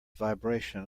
vibration